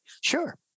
Sure